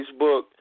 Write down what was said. Facebook